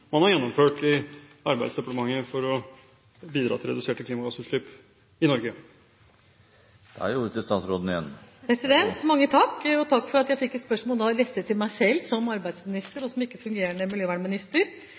man har gjennomført i Arbeidsdepartementet for å bidra til reduserte klimagassutslipp i Norge? Takk for at jeg fikk et spørsmål som var rettet til meg selv som arbeidsminister,